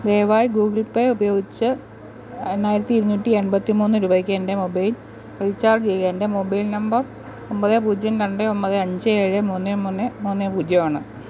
ദയവായി Google Pay ഉപയോഗിച്ച് എണ്ണായിരത്തി ഇരുന്നൂറ്റി എൺപത്തിമൂന്ന് രൂപയ്ക്ക് എൻ്റെ മൊബൈൽ റീചാർജ് ചെയ്യുക എൻ്റെ മൊബൈൽ നമ്പർ ഒമ്പത് പൂജ്യം രണ്ട് ഒമ്പത് അഞ്ച് ഏഴ് മൂന്ന് മൂന്ന് മൂന്ന് പൂജ്യം ആണ്